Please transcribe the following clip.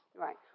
Right